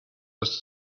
was